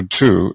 two